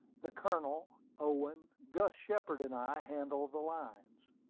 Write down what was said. the colonel, owen, gus shepard, and i, handled the lines.